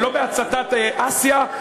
ולא בהצתת אסיה,